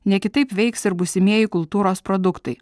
ne kitaip veiks ir būsimieji kultūros produktai